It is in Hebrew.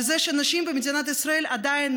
על זה שנשים במדינת ישראל עדיין,